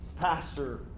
Pastor